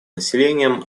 населением